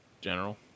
General